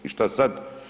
I šta sad?